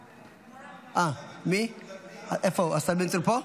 אה, השר בן צור פה?